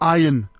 iron